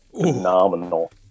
phenomenal